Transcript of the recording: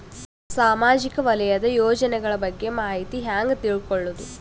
ಸಾಮಾಜಿಕ ವಲಯದ ಯೋಜನೆಗಳ ಬಗ್ಗೆ ಮಾಹಿತಿ ಹ್ಯಾಂಗ ತಿಳ್ಕೊಳ್ಳುದು?